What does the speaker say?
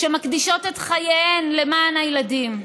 שמקדישות את חייהן למען הילדים.